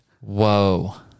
Whoa